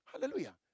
Hallelujah